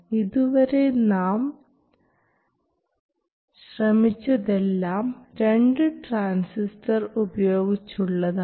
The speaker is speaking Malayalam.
ഇതുവരെ നാം ശ്രമിച്ചതെല്ലാം രണ്ട് ട്രാൻസിസ്റ്റർ ഉപയോഗിച്ചുള്ളതാണ്